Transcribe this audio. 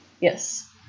Yes